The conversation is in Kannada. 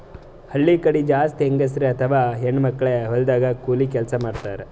ಹಳ್ಳಿ ಕಡಿ ಜಾಸ್ತಿ ಹೆಂಗಸರ್ ಅಥವಾ ಹೆಣ್ಣ್ ಮಕ್ಕಳೇ ಹೊಲದಾಗ್ ಕೂಲಿ ಕೆಲ್ಸ್ ಮಾಡ್ತಾರ್